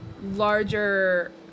larger